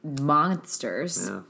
monsters